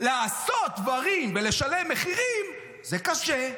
לעשות דברים ולשלם מחירים, זה קשה.